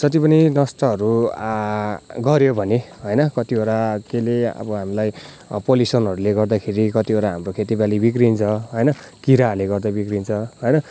जति पनि नष्टहरू गऱ्यो भने होइन कतिवटा केहीले अब हामीलाई पल्युसनहरूले गर्दाखेरि कतिवटा हाम्रो खेती बाली बिगरिन्छ होइन किराहरूले गर्दा बिगरिन्छ होइन